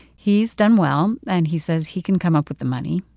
he's done well, and he says he can come up with the money.